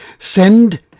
Send